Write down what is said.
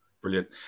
Brilliant